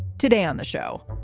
today on the show,